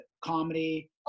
comedy